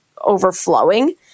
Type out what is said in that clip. overflowing